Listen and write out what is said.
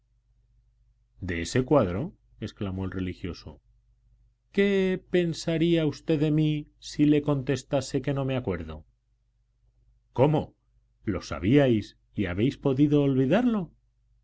de ese cuadro exclamó el religioso qué pensaría usted de mí si le contestase que no me acuerdo cómo lo sabíais y habéis podido olvidarlo